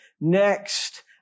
next